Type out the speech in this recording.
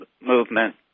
movement